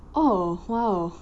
oh !wow!